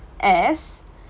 as